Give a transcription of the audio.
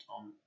on